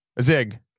Zig